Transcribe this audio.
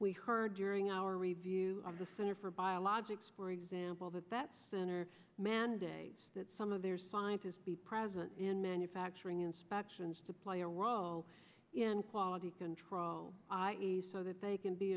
we heard during our review of the center for biologics for example that that center mandates that some of their scientists be present in manufacturing inspections to play a role in quality control so that they can be